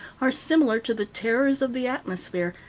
are similar to the terrors of the atmosphere,